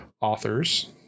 authors